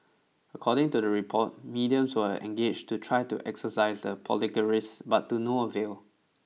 according to the report mediums were engaged to try to exorcise the poltergeists but to no avail